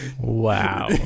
Wow